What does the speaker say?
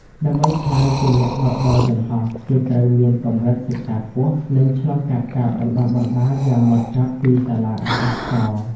ដើម្បីក្លាយជាអ្នកបើកបរយន្តហោះ គេត្រូវមានកម្រិតសិក្សាខ្ពស់ និងឆ្លងកាត់ការបណ្ដុះបណ្ដាលយ៉ាងហ្មត់ចត់ពីសាលាអាកាសចរណ៍។